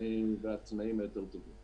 והתנאים היותר טובים.